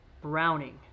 Browning